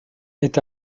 est